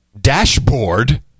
dashboard